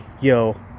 yo